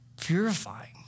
purifying